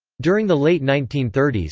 during the late nineteen thirty s,